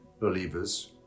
believers